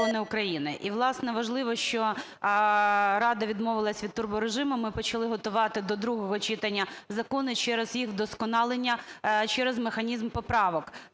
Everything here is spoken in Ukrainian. І, власне, важливо, що Рада відмовилася від турборежиму, ми почали готувати до другого читання закони через їх вдосконалення через механізм поправок.